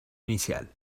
inicial